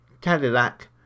Cadillac